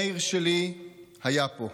מאיר שלי היה פה,